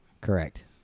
Correct